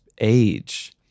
age